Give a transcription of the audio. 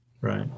Right